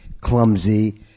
clumsy